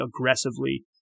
aggressively